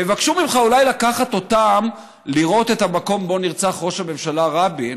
ויבקשו ממך אולי לקחת אותם לראות את המקום שבו נרצח ראש הממשלה רבין,